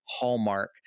hallmark